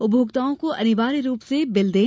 उपभोक्ताओं को अनिवार्य रूप से बिल दें